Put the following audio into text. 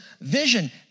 vision